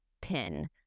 PIN